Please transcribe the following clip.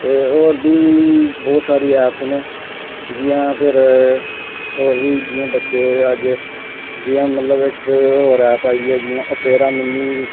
ते होर बी बहोत सारी ऐपस न जियां फिर होर बी जियां बच्चे अज्ज जियां इकहोर ऐप आई ऐ जियां अपेरा मिनी बी